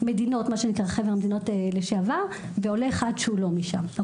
המדינות לשעבר ועולה אחד שהוא לא משם.